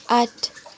आठ